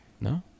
No